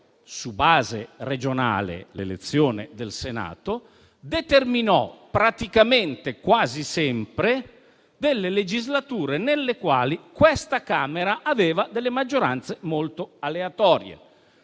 su base regionale, l'elezione del Senato determinò praticamente quasi sempre delle legislature nelle quali esso presentava delle maggioranze molto aleatorie.